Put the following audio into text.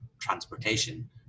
transportation